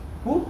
who